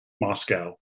Moscow